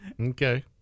Okay